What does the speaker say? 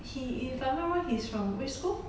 he is if I'm not wrong he's from which school